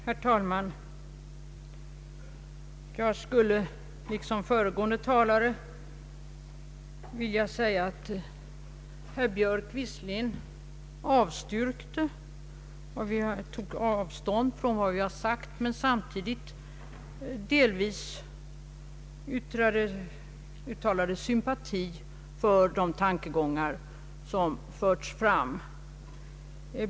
Herr talman! Jag vill liksom föregående talare säga att herr Björk visserligen tog avstånd från reservationen men samtidigt delvis uttalade sympati för de tankegångar som där förts fram.